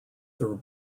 through